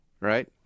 Right